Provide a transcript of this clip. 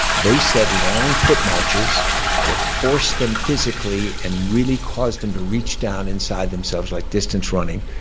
they said long foot marches that forced them physically, and really caused them to reach down inside themselves, like distance running,